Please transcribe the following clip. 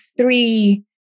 three